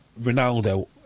Ronaldo